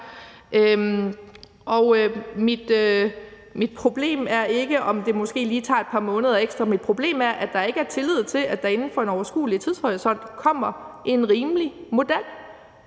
Mit problem er ikke, om det måske lige tager et par måneder ekstra. Mit problem er, at der ikke er tillid til, at der inden for en overskuelig tidshorisont kommer en rimelig model.